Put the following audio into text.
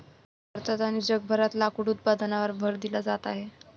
भारतात आणि जगभरात लाकूड उत्पादनावर भर दिला जात आहे